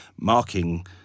marking